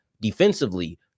defensively